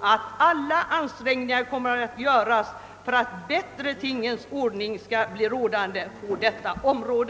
att alla ansträngningar kommer att göras för en bättre tingens ordning på detta område.